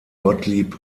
gottlieb